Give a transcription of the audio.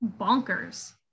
bonkers